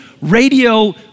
radio